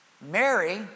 Mary